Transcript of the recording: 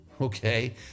Okay